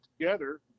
together